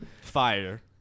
Fire